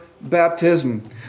baptism